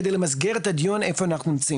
כדי למסגר את הדיון איפה אנחנו נמצאים.